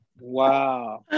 Wow